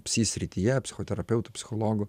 psi srityje psichoterapeutu psichologu